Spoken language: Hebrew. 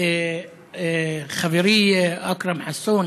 וחברי אכרם חסון